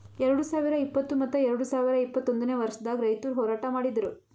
ಎರಡು ಸಾವಿರ ಇಪ್ಪತ್ತು ಮತ್ತ ಎರಡು ಸಾವಿರ ಇಪ್ಪತ್ತೊಂದನೇ ವರ್ಷದಾಗ್ ರೈತುರ್ ಹೋರಾಟ ಮಾಡಿದ್ದರು